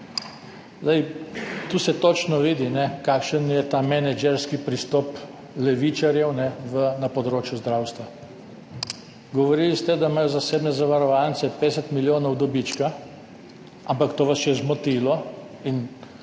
Tukaj se točno vidi kakšen je ta menedžerski pristop levičarjev na področju zdravstva. Govorili ste, da imajo zasebne zavarovalnice 50 milijonov dobička, ampak to vas je zmotilo in